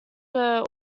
were